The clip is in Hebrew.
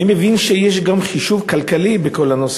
אני מבין שיש גם חישוב כלכלי בכל הנושא